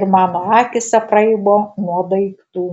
ir mano akys apraibo nuo daiktų